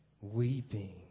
weeping